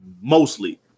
mostly